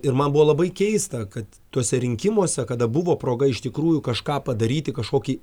ir man buvo labai keista kad tuose rinkimuose kada buvo proga iš tikrųjų kažką padaryti kažkokį